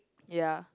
ya